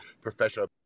professional